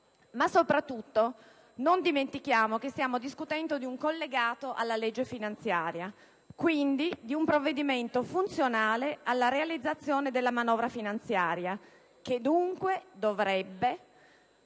Soprattutto, non dimentichiamo che stiamo discutendo di un collegato alla legge finanziaria, quindi di un provvedimento funzionale alla realizzazione della manovra finanziaria, che dovrebbe